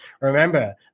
Remember